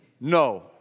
No